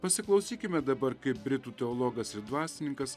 pasiklausykime dabar kaip britų teologas ir dvasininkas